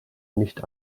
nicht